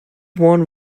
won